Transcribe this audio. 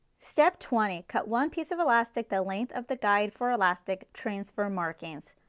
step twenty cut one piece of elastic, the length of the guide for elastic transfer markings.